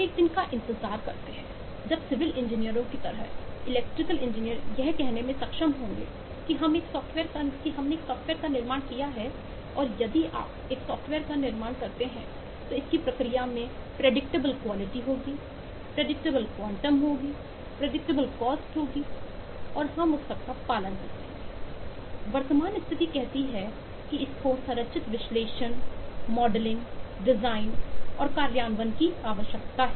हम एक दिन का इंतजार करते हैं जब सिविल इंजीनियरों की तरह इलेक्ट्रिकल इंजीनियर यह कहने में सक्षम होंगे कि हम एक सॉफ्टवेयर का निर्माण किया है और यदि आप एक सॉफ्टवेयर का निर्माण किया है तो इसकी प्रक्रिया में प्रेडिक्टेबल क्वालिटी और कार्यान्वयन की आवश्यकता है